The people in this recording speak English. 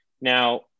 Now